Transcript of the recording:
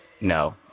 No